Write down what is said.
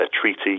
treaty